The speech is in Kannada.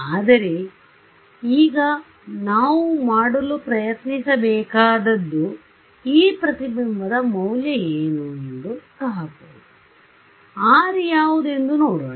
ಆದರೆ ಈಗ ನಾವು ಮಾಡಲು ಪ್ರಯತ್ನಿಸಬೇಕಾದದ್ದು ಈ ಪ್ರತಿಬಿಂಬದ ಮೌಲ್ಯ ಏನು ಎಂದು ಲೆಕ್ಕಹಾಕುವುದು ಆದ್ದರಿಂದ R ಯಾವುದೆಂದು ನೋಡೋಣ